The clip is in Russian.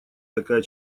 такая